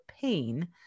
pain